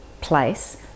place